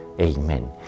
Amen